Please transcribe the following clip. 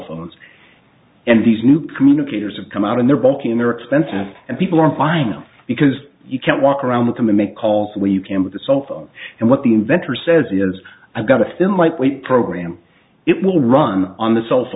phones and these new communicators have come out and they're bulky and they're expensive and people aren't buying them because you can't walk around with them and make calls where you can with the cell phone and what the inventor says he is i've got a film lightweight program it will run on the cell